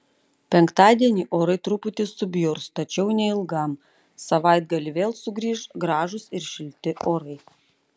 penktadienį orai truputį subjurs tačiau neilgam savaitgalį vėl sugrįš gražūs ir šilti orai